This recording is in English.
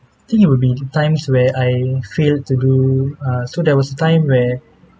think it will be the times where I failed to do uh so there was a time where